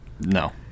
No